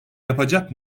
yapacak